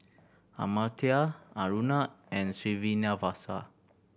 Amartya Aruna and Srinivasa